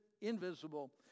invisible